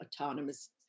autonomous